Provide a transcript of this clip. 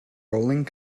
rolling